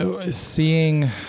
seeing